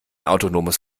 autonomes